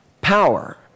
Power